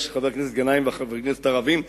שחבר הכנסת גנאים וחברי הכנסת הערבים,